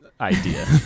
idea